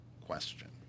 question